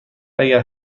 اگر